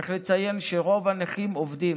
וצריך לציין שרוב הנכים עובדים,